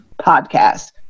Podcast